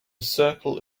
circle